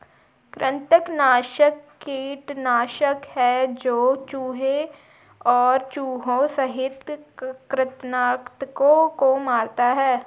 कृंतकनाशक कीटनाशक है जो चूहों और चूहों सहित कृन्तकों को मारते है